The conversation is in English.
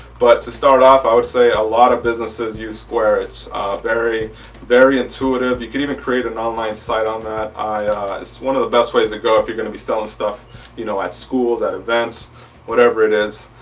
but to start off i would say a lot of businesses use square. it's very very intuitive you could even create an online site on that. it's it's one of the best ways to go if you're going to be selling stuff you know at schools at events whatever it is.